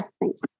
Thanks